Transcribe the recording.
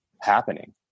happening